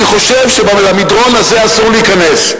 אני חושב שלמדרון הזה אסור להיכנס,